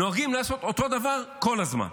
נוהגים לעשות אותו דבר כל הזמן.